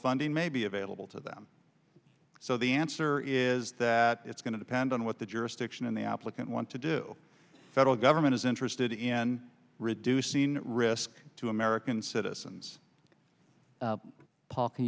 funding may be available to them so the answer is that it's going to depend on what the jurisdiction and the applicant want to do federal government is interested in reducing risk to american citizens